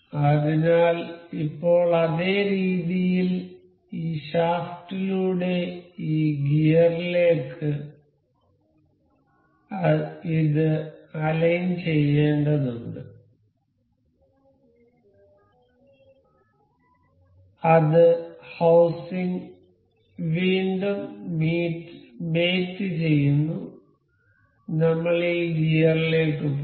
അതിനാൽ ഇപ്പോൾ അതേ രീതിയിൽ ഈ ഷാഫ്റ്റിലൂടെ ഈ ഗിയറിലേക്ക് ഇത് അലൈൻ ചെയ്യേണ്ടതുണ്ട് അത് ഹൌസിങ് വീണ്ടും മേറ്റ് ചെയ്യുന്നു നമ്മൾ ഈ ഗിയറിലേക്ക് പോകും